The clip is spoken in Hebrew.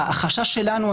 החשש שלנו,